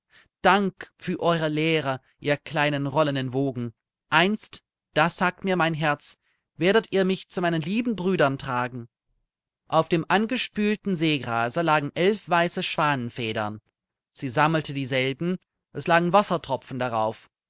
dank für eure lehre ihr kleinen rollenden wogen einst das sagt mir mein herz werdet ihr mich zu meinen lieben brüdern tragen auf dem angespülten seegrase lagen elf weiße schwanenfedern sie sammelte dieselben es lagen wassertropfen darauf